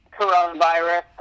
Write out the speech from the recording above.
coronavirus